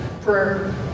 prayer